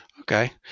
Okay